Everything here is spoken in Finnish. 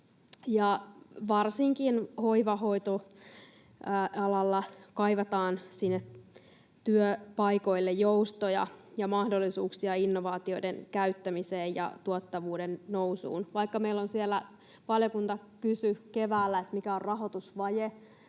varsinkin hoiva‑ ja hoitoalalla kaivataan työpaikoille joustoja ja mahdollisuuksia innovaatioiden käyttämiseen ja tuottavuuden nousuun. Valiokunta kysyi keväällä, mikä on rahoitusvaje,